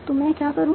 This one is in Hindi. तो मैं क्या करूं